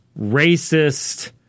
racist